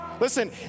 Listen